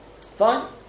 Fine